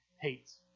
hates